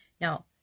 now